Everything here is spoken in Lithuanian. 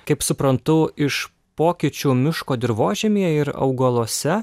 kaip suprantu iš pokyčių miško dirvožemyje ir augaluose